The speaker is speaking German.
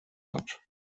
hat